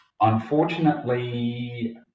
Unfortunately